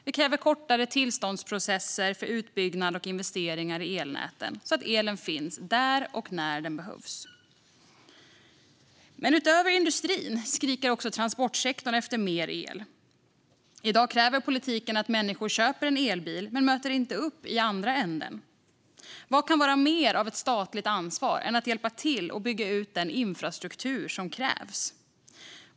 Vi kräver också kortare tillståndsprocesser för utbyggnad och investeringar i elnäten så att elen finns där och när den behövs. Utöver industrin skriker också transportsektorn efter mer el. I dag kräver politiken att människor köper en elbil men möter inte upp i andra änden. Vad kan vara mer av ett statligt ansvar än att hjälpa till att bygga ut den infrastruktur som krävs?